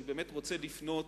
אני באמת רוצה לפנות,